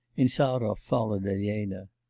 insarov followed elena.